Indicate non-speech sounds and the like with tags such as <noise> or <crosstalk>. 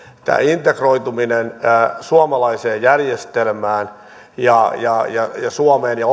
tämä integroituminen suomalaiseen järjestelmään ja ja suomeen ja <unintelligible>